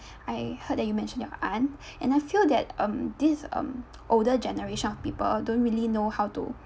I heard that you mentioned your aunt and I feel that um this um older generation of people don't really know how to